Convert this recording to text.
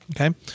Okay